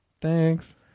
thanks